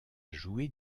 jouer